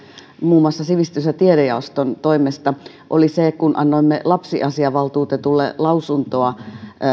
muun muassa valtiovarainvaliokunnan sivistys ja tiedejaoston toimesta oli se kun annoimme lapsiasiavaltuutetulle lausuntoa